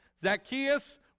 Zacchaeus